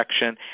section